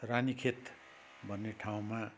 रानीखेत भन्ने ठाउँमा